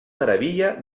maravilla